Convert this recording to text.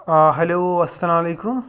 آ ہیلو اَسلامُ علیکُم